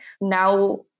Now